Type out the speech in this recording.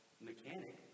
mechanic